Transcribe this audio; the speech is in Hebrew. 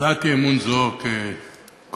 הצעת אי-אמון זו, כקודמותיה,